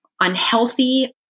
unhealthy